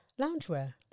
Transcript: loungewear